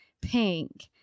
pink